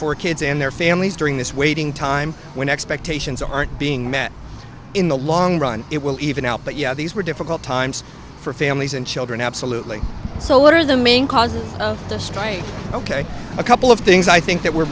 for kids and their families during this waiting time when expectations aren't being met in the long run it will even out but yeah these were difficult times for families and children absolutely so what are the main causes of this trying a couple of things i think that were